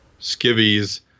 skivvies